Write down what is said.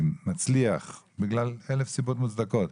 בגלל 1,000 סיבות מוצדקות,